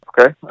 Okay